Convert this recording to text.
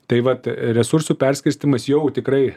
tai vat resursų perskirstymas jau tikrai